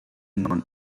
known